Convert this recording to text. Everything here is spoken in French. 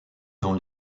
dans